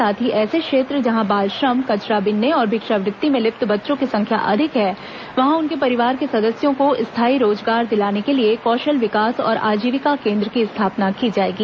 साथ ही ऐसे क्षेत्र जहाँ बाल श्रम कचरा बीनने और भिक्षावृत्ति में लिप्त बच्चों की संख्या अधिक है वहां उनके परिवार के सदस्यों को स्थायी रोजगार दिलाने के लिए कौशल विकास और आजीविका केन्द्रों की स्थापना की जाएगी